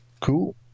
cool